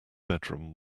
bedroom